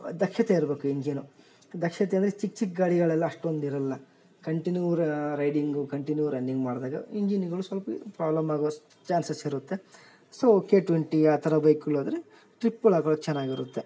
ದಕ್ಷತೆ ಇರ್ಬೇಕು ಇಂಜಿನು ದಕ್ಷತೆ ಅಂದರೆ ಚಿಕ್ಕ ಚಿಕ್ಕ ಗಾಡಿಗಳೆಲ್ಲ ಅಷ್ಟೊಂದಿರೊಲ್ಲ ಕಂಟಿನ್ಯೂ ರೈಡಿಂಗು ಕಂಟಿನ್ಯೂ ರನ್ನಿಂಗ್ ಮಾಡಿದಾಗ ಇಂಜಿನ್ಗಳು ಸ್ವಲ್ಪ್ ಪ್ರಾಬ್ಲಮ್ ಆಗುವ ಸ್ ಚಾನ್ಸಸ್ ಇರುತ್ತೆ ಸೊ ಕೆ ಟ್ವೆಂಟಿ ಆ ಥರ ಬೈಕ್ಗಳಾದ್ರೆ ಟ್ರಿಪ್ಗಳು ಹಾಕೋಳೋಕ್ ಚೆನಾಗಿರುತ್ತೆ